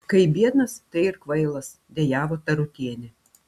kai biednas tai ir kvailas dejavo tarutienė